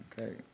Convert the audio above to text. Okay